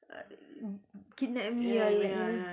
uh kidnap me or you know